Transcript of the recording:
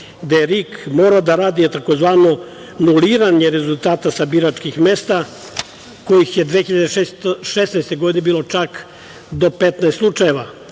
gde je RIK morao da radi tzv. anuliranje rezultata sa biračkih mesta, kojih je 2016. godine bilo čak do 15 slučajeva,